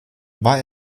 war